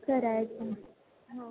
करायचं हां